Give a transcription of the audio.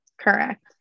Correct